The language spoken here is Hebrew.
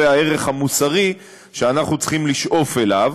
הערך המוסרי שאנחנו צריכים לשאוף אליו,